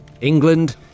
England